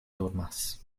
dormas